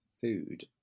food